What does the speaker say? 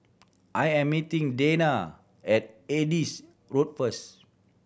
I am meeting Dana at Adis Road first